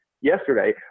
yesterday